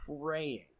praying